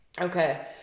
okay